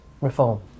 reform